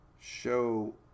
show